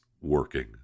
working